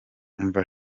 umva